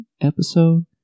episode